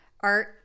art